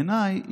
בעיניי,